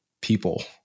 people